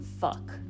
fuck